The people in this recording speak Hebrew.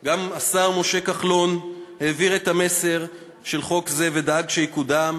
גם לשר משה כחלון שהעביר את המסר של חוק זה ודאג שיקודם,